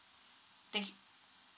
thank you